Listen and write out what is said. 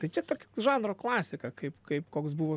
tai čia tokia žanro klasika kaip kaip koks buvo